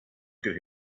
could